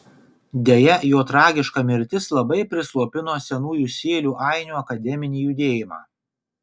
deja jo tragiška mirtis labai prislopino senųjų sėlių ainių akademinį judėjimą